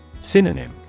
Synonym